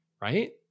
right